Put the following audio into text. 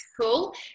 Cool